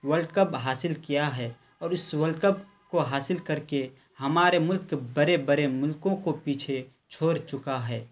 world cup حاصل کیا ہے اور اس ورلڈ کپ کو حاصل کر کے ہمارے ملک بڑے بڑے ملکوں کو پیچھے چھوڑ چکا ہے